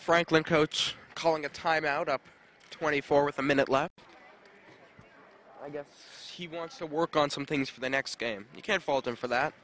franklin coach calling a timeout up twenty four with a minute left if he wants to work on some things for the next game you can't fault him for that